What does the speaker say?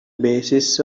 basis